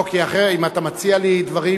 לא, כי אחרת, אם אתה מציע לי דברים,